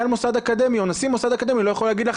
מוסד אקדמי או נשיא מוסד אקדמי לא יכול להגיד לך,